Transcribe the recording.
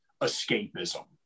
escapism